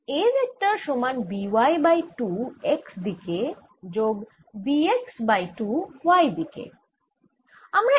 A vector সমান B y by 2 x দিকে যোগ B x বাই 2 y দিকে